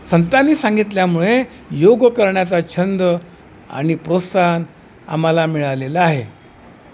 संतांनी सांगितल्यामुळे योग करण्याचा छंद आणि प्रोत्साहन आम्हाला मिळालेलं आहे